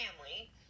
family